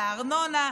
הארנונה,